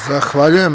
Zahvaljujem.